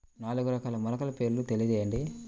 నాలుగు రకాల మొలకల పేర్లు తెలియజేయండి?